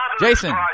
Jason